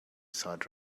sad